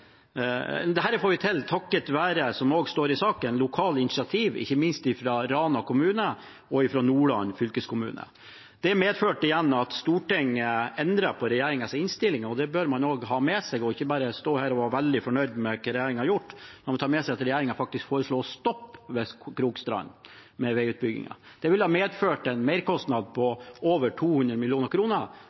takket være lokale initiativ, ikke minst fra Rana kommune og Nordland fylkeskommune. Det førte igjen til at Stortinget endret på regjeringens innstilling. Det bør man også ha med seg og ikke bare stå her og være veldig fornøyd med hva regjeringen har gjort. Man må ta med seg at regjeringen faktisk foreslo å stoppe veiutbyggingen ved Krokstrand. Det ville medført en merkostnad på over 200